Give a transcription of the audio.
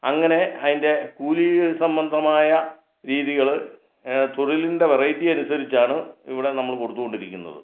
അങ്ങനെ അതിൻ്റെ കൂലി സംബന്ധമായ രീതികൾ തൊഴിലിൻ്റെ വെറൈറ്റി അനുസരിച്ചാണ് ഇവിടെ നമ്മൾ കൊടുത്തു കൊണ്ടിരിക്കുന്നത്